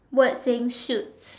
word saying shoot